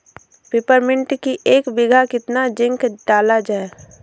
Peppermint की एक बीघा कितना जिंक डाला जाए?